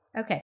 okay